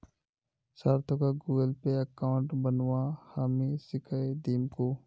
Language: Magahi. सार्थकक गूगलपे अकाउंट बनव्वा हामी सीखइ दीमकु